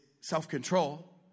self-control